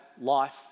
life